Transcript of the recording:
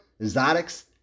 Exotics